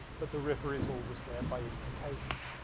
but the river is always there by implication.